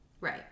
Right